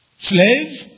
slave